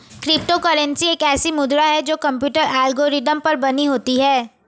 crypto currency एक ऐसी मुद्रा है जो कंप्यूटर एल्गोरिदम पर बनी होती है